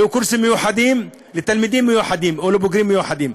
היו קורסים מיוחדים לתלמידים מיוחדים או לבוגרים מיוחדים.